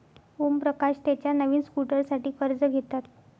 ओमप्रकाश त्याच्या नवीन स्कूटरसाठी कर्ज घेतात